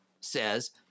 says